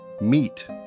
meet